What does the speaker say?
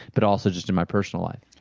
but also just in my personal life.